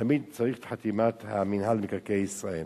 תמיד צריך את חתימת מינהל מקרקעי ישראל.